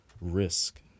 risk